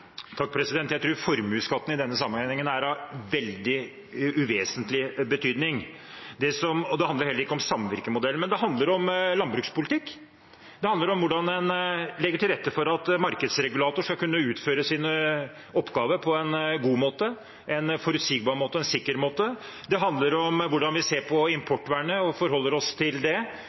Jeg tror formuesskatten i denne sammenheng er veldig uvesentlig, og det handler heller ikke om samvirkemodellen. Men det handler om landbrukspolitikk, det handler om hvordan en legger til rette for at markedsregulator skal kunne utføre sine oppgaver på en god måte, en forutsigbar måte og en sikker måte. Det handler om hvordan vi ser på importvernet og forholder oss til det.